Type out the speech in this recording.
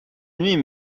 nuit